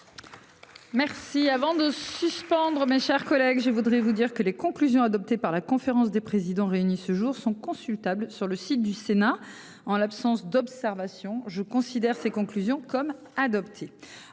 Merci, avant de suspendre mes chers collègues, je voudrais vous dire que les conclusions adoptées par la conférence des présidents réunie ce jour sont consultables sur le site du Sénat. En l'absence d'observation. Je considère ces conclusions comme adoptée